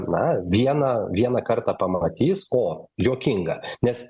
na vieną vieną kartą pamatys o juokinga nes